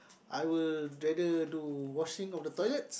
I will rather do washing of the toilets